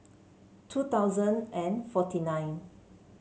two thousand and forty nine